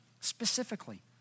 specifically